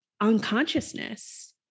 unconsciousness